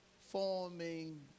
forming